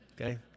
okay